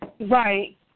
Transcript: Right